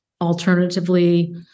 Alternatively